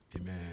Amen